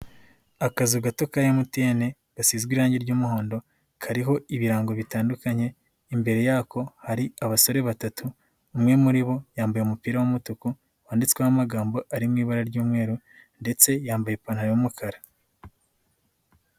Akazu gato ka MTN gasizwe irangi ry'umuhondo kariho ibirango bitandukanye imbere yako hari abasore batatu umwe muri bo yambaye umupira w'umutuku wanditsweho amagambo ari mu ibara ry'umweru ndetse yambaye ipantaro y'umukara.